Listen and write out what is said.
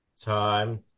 time